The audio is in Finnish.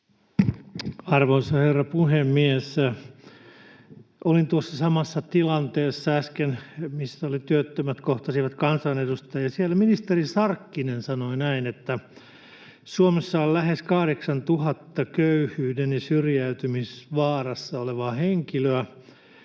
Arvoisa herra puhemies! Olin äsken tuossa samassa tilanteessa, missä työttömät kohtasivat kansanedustajia, ja siellä ministeri Sarkkinen sanoi näin: ”Suomessa on lähes 8 000 köyhyyden ja syrjäytymisen vaarassa olevaa henkilöä.